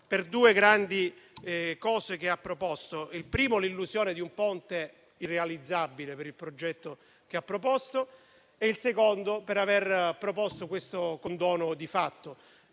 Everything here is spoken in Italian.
per due grandi cose che ha proposto: la prima è l'illusione di un ponte irrealizzabile (per il progetto che ha proposto); la seconda è questo condono di fatto,